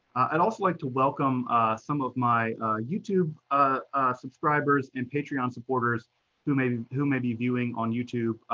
i'd also like to welcome some of my youtube ah subscribers and patreon supporters who may who may be viewing on youtube,